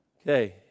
okay